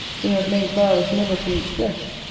who have made vows never to eat flesh.